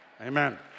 Amen